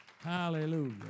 Hallelujah